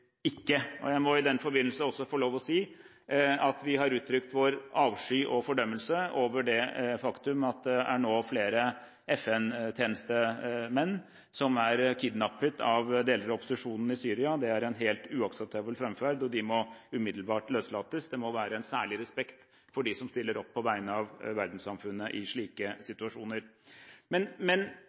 ikke. Jeg må i den forbindelse også få lov til å si at vi har uttrykt vår avsky og fordømmelse over det faktum at det nå er flere FN-tjenestemenn som er kidnappet av deler av opposisjonen i Syria. Det er en helt uakseptabel framferd, og tjenestemennene må umiddelbart løslates. Det må være en særlig respekt for dem som stiller opp på vegne av verdenssamfunnet i slike situasjoner.